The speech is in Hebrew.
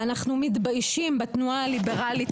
ואנחנו מתביישים בתנועה הליברלית,